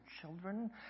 children